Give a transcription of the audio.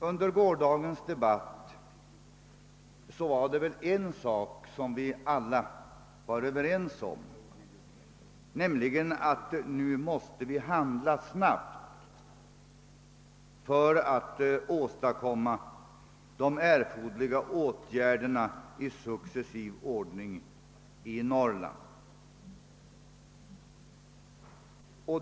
« Under gårdagens debatt var vi alla överens om en sak, nämligen att nu måste vi handla snabbt för att åstadkomma de erforderliga åtgärderna i successiv ordning i Norrland.